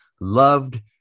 loved